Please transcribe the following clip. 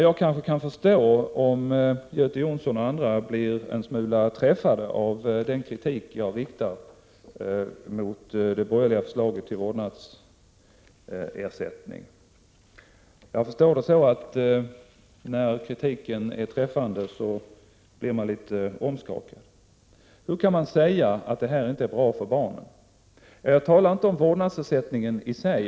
Jag kan förstå om Göte Jonsson och andra känner sig en smula träffade av den kritik jag riktade mot det borgerliga förslaget till vårdnadsersättning, för när kritiken är riktig blir man litet omskakad. Hur kan man säga att det här inte är bra för barnen? Jag talar inte om vårdnadsersättningen i sig.